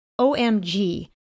OMG